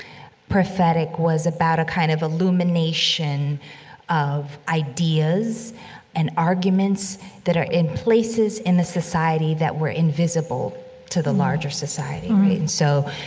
prophetic was about a kind of illumination of ideas and arguments that are in places in the society that were invisible to the larger society and so,